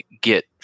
get